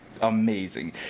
amazing